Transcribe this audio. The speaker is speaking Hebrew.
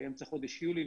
אמצע חודש יולי,